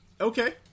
Okay